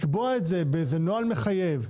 לקבוע את זה באיזה נוהל מחייב,